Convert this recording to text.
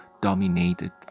dominated